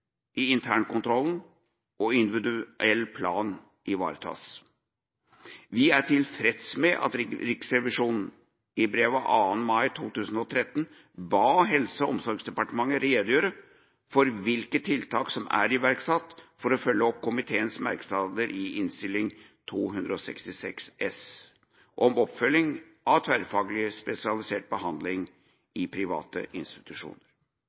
i internkontrollen og individuell plan ivaretas. Vi er tilfreds med at Riksrevisjonen i brev av 2. mai 2013 ba Helse- og omsorgsdepartementet redegjøre for hvilke tiltak som er iverksatt for å følge opp komiteens merknader i Innst. 266 S for 2009–2010 om oppfølging av tverrfaglig spesialisert behandling i private institusjoner.